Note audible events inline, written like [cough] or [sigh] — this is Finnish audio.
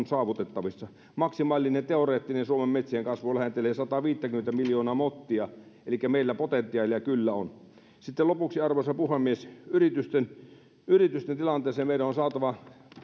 [unintelligible] saavutettavissa suomen maksimaalinen teoreettinen metsien kasvu lähentelee sataviisikymmentä miljoonaa mottia elikkä meillä potentiaalia kyllä on sitten lopuksi arvoisa puhemies yritysten yritysten tilanteeseen meidän on saatava